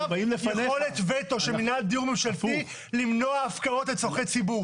יכולת וטו של מנהל הדיור הממשלתי למנוע הפקעות לצורכי ציבור.